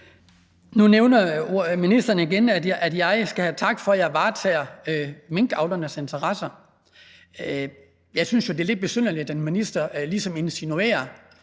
Nu nævnte ministeren igen, at jeg skal have tak for, at jeg varetager minkavlernes interesser. Jeg synes jo, det er lidt besynderligt, at en minister ligesom insinuerer,